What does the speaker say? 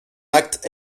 acte